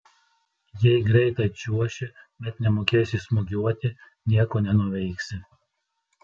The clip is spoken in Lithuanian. jei greitai čiuoši bet nemokėsi smūgiuoti nieko nenuveiksi